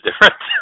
different